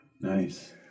Nice